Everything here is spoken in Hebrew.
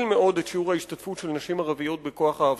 את שיעור ההשתתפות של נשים ערביות בכוח העבודה,